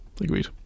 Agreed